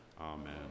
amen